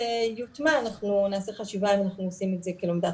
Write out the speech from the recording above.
יוטמע אנחנו נעשה חשיבה האם אנחנו עושים את זה כלומדת